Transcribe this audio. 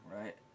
right